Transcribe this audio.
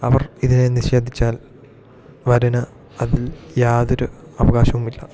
അവർ ഇതിനെ നിഷേധിച്ചാൽ വരന് അതിൽ യാതൊരു അവകാശവുമില്ല